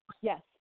Yes